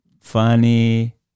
Funny